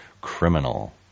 criminal